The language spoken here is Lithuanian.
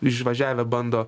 išvažiavę bando